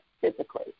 physically